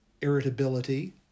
irritability